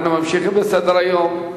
אנחנו ממשיכים בסדר-היום.